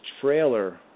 trailer